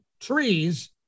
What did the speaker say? trees